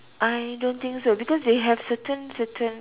I don't think so because they have certain certain